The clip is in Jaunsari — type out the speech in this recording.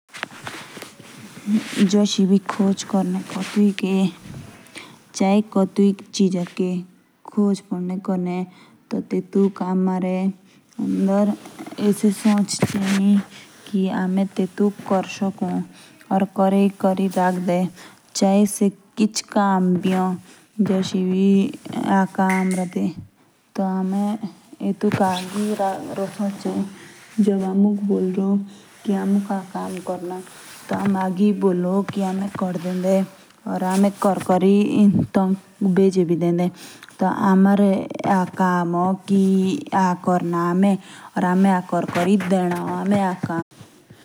जेएस एबि खोज क्रने कटुई चीज के। चाये कटुई चीज की। टी तेटुक हमारे एंड्र ईएसआई सोच ची कि हमें तेटुक करे शकु।